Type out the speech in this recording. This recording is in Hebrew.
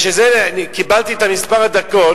בשביל זה קיבלתי את מספר הדקות,